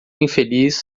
infeliz